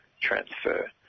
transfer